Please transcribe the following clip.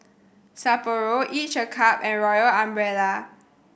Sapporo Each a Cup and Royal Umbrella